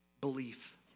Belief